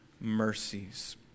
mercies